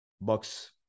Bucks